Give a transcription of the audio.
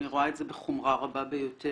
אני רואה את זה בחומרה רבה ביותר.